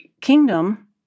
kingdom